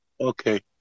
Okay